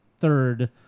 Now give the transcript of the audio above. third